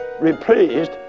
Replaced